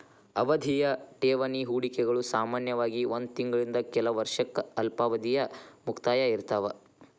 ಅವಧಿಯ ಠೇವಣಿ ಹೂಡಿಕೆಗಳು ಸಾಮಾನ್ಯವಾಗಿ ಒಂದ್ ತಿಂಗಳಿಂದ ಕೆಲ ವರ್ಷಕ್ಕ ಅಲ್ಪಾವಧಿಯ ಮುಕ್ತಾಯ ಇರ್ತಾವ